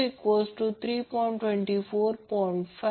905cos 229